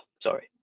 sorry